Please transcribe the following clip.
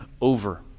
over